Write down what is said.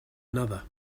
another